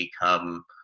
become